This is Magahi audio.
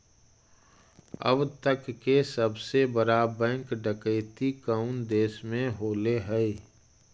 अब तक के सबसे बड़ा बैंक डकैती कउन देश में होले हइ?